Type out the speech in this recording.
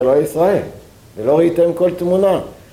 זה לא ישראל, זה לא ראיתם כל תמונה.